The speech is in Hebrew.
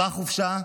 אותה חופשה,